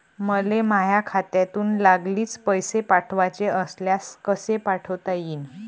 मले माह्या खात्यातून लागलीच पैसे पाठवाचे असल्यास कसे पाठोता यीन?